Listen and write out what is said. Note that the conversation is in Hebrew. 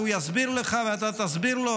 והוא יסביר לך ואתה תסביר לו,